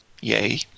yay